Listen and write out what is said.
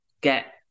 get